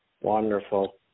Wonderful